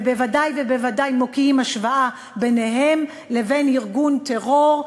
ובוודאי ובוודאי מוקיעים השוואה בינם לבין ארגון טרור,